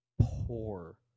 poor